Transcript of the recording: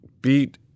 beat